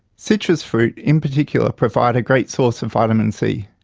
citrus fruit, in particular provide a great source of vitamin c.